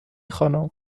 خانم